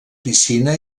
piscina